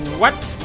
what?